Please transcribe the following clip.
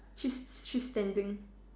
she's she's standing